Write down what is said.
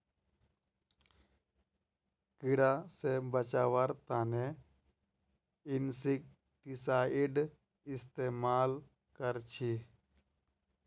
कीड़ा से बचावार तने इंसेक्टिसाइड इस्तेमाल कर छी